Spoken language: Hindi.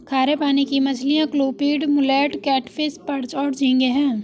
खारे पानी की मछलियाँ क्लूपीड, मुलेट, कैटफ़िश, पर्च और झींगे हैं